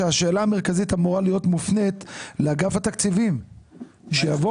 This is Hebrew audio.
שהשאלה המרכזית אמורה להיות מופנית לאגף התקציבים שיבוא